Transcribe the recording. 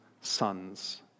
sons